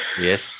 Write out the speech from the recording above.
Yes